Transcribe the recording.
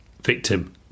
victim